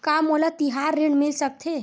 का मोला तिहार ऋण मिल सकथे?